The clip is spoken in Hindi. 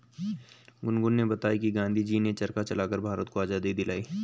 गुनगुन ने बताया कि गांधी जी ने चरखा चलाकर भारत को आजादी दिलाई